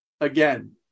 Again